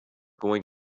going